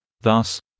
thus